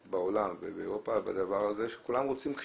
ולא כשאנחנו עובדים כל הזמן,